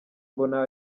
mbona